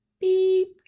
beep